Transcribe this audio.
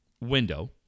window